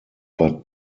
bad